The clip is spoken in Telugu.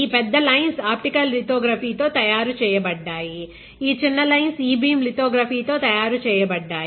ఈ పెద్ద లైన్స్ ఆప్టికల్ లితోగ్రఫీ తో తయారు చేయబడ్డాయి ఈ చిన్న లైన్స్ ఇ బీమ్ లితోగ్రఫీ తో తయారు చేయబడ్డాయి